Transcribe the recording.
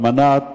על מנת